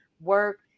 work